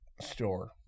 store